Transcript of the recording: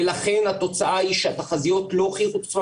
ולכן התוצאה היא שהתחזיות לא הוכיחו את עצמן